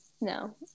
no